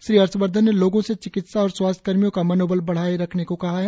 श्री हर्षवर्द्वन ने लोगों से चिकित्सा और स्वास्थ्य कर्मियों का मनोबल बनाए रखने को कहा है